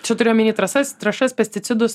čia turiu omeny trasas trąšas pesticidus